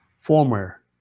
former